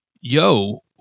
yo